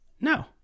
No